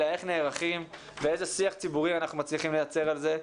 אלא איך נערכים ואיזה שיח ציבורי אנחנו מצליחים לייצר על זה,